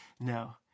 no